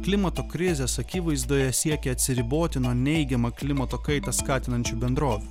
klimato krizės akivaizdoje siekia atsiriboti nuo neigiamą klimato kaitą skatinančių bendrovių